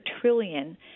trillion